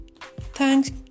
Thanks